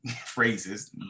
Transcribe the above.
phrases